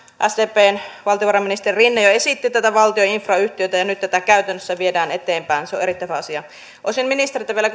sdpn valtiovarainministeri rinne esitti tätä valtion infrayhtiötä ja nyt tätä käytännössä viedään eteenpäin se on erittäin hyvä asia olisin ministeriltä vielä